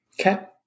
Okay